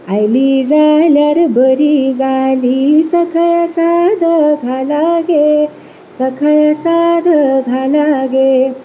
आयली जाल्यार बरी जाली सख्या साद घाला गे सख्या साद घाला गे